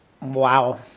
wow